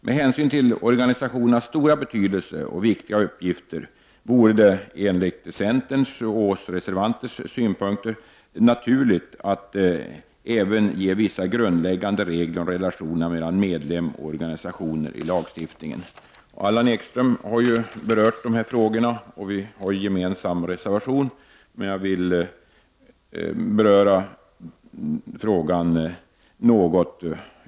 Med hänsyn till organisationernas stora betydelse och viktiga uppgifter vore det enligt centern naturligt att i lagstiftningen även ange vissa grundläggande regler om relationer mellan medlem och organisationer. Allan Ekström har berört de här frågorna, och vi har en gemensam reservation, men jag vill tillägga något därutöver.